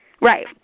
right